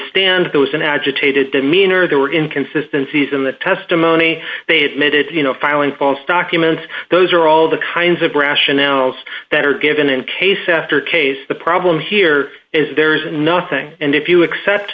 stand there was an agitated demeanor there were inconsistency in the testimony they admitted to you know filing false documents those are all the kinds of rationales that are given in case after case the problem here is there's nothing and if you accept